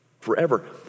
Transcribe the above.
forever